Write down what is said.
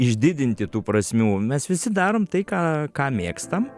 išdidinti tų prasmių mes visi darom tai ką ką mėgstam